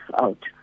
out